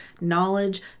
knowledge